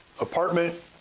apartment